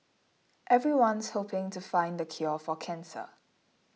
everyone's hoping to find the cure for cancer